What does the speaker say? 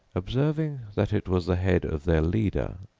observing that it was the head of their leader,